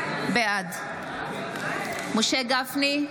בעד משה גפני,